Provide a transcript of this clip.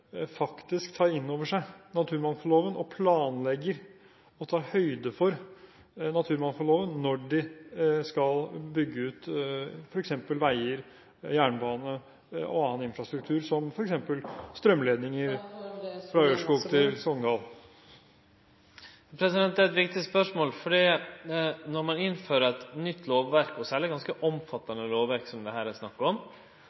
faktisk tar inn over seg naturmangfoldloven og planlegger og tar høyde for naturmangfoldloven når de skal bygge ut f.eks. veier, jernbane og annen infrastruktur – som f.eks. strømledninger fra Ørskog til Sogndal. Det er eit viktig spørsmål, for når ein innfører eit nytt lovverk – særleg eit så omfattande lovverk som det her er snakk om